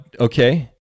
Okay